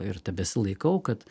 ir tebesilaikau kad